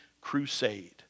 crusade